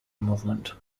movement